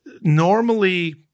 normally